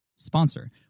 sponsor